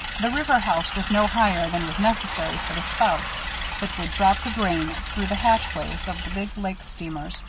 the river house was no higher than was necessary for the spouts that would drop the grain through the hatchways of the big lake steamers,